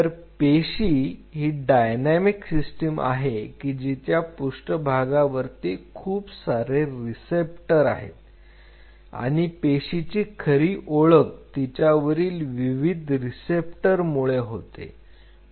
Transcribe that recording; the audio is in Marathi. तर पेशी ही डायनामिक सिस्टीम आहे की तिच्या पृष्ठभागावरती खूप सारे रिसेप्टर आहेत आणि पेशी ची खरी ओळख तिच्यावरील विविध रिसेप्टर मुळे होते